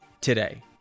today